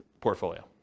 portfolio